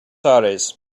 aires